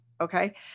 Okay